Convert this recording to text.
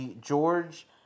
George